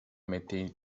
mette